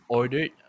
ordered